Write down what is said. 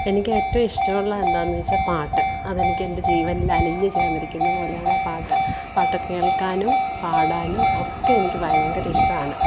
എനിക്ക് ഏറ്റോം ഇഷ്ടമുള്ളത് എന്താന്നു ചോദിച്ചാൽ പാട്ട് അത് എനിക്ക് എന്റെ ജീവനിൽ അലിഞ്ഞു ചേർന്നിരിക്കുന്ന പോലെയാണ് ആ പാട്ട് പാട്ടു കേൾക്കാനും പാടാനും ഒക്കെ എനിക്ക് ഭയങ്കര ഇഷ്ടമാണ്